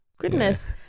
goodness